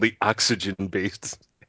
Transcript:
oxygen-based